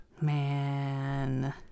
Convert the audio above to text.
Man